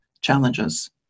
challenges